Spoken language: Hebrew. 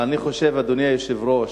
אני חושב, אדוני היושב-ראש,